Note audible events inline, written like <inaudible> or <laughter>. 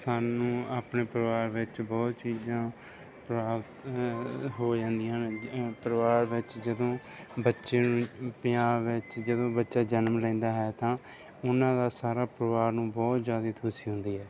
ਸਾਨੂੰ ਆਪਣੇ ਪਰਿਵਾਰ ਵਿੱਚ ਬਹੁਤ ਚੀਜ਼ਾਂ ਪ੍ਰਾਪਤ ਹੋ ਜਾਂਦੀਆਂ ਹਨ <unintelligible> ਪਰਿਵਾਰ ਵਿੱਚ ਜਦੋਂ ਬੱਚੇ ਨੂੰ ਪੰਜਾਬ ਵਿੱਚ ਜਦੋਂ ਬੱਚਾ ਜਨਮ ਲੈਂਦਾ ਹੈ ਤਾਂ <unintelligible> ਉਹਨਾਂ ਦਾ ਸਾਰਾ ਪਰਿਵਾਰ ਨੂੰ ਬਹੁਤ ਜ਼ਿਆਦਾ ਖੁਸ਼ੀ ਹੁੰਦੀ ਹੈ